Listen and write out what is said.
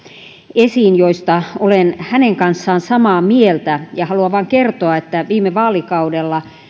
esiin joista olen hänen kanssaan samaa mieltä haluan vain kertoa että viime vaalikaudella